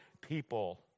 people